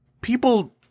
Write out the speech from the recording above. people